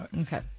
Okay